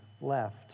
left